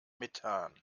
methan